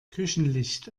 küchenlicht